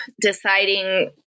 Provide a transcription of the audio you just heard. deciding